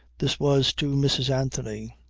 this was to mrs. anthony.